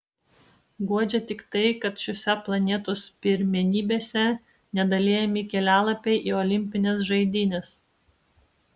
guodžia tik tai kad šiose planetos pirmenybėse nedalijami kelialapiai į olimpines žaidynes